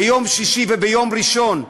ביום שישי וביום ראשון,